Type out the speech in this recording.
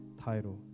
title